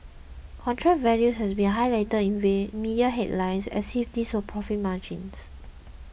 contract values have been highlighted in media headlines as if these were profit margins